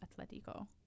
atletico